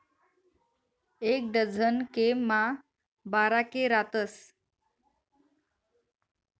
एक डझन के मा बारा के रातस